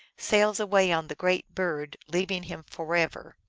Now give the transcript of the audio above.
sails away on the great bird, leaving him forever.